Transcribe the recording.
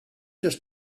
just